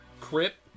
Crip